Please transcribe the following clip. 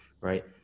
right